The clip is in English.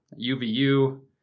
UVU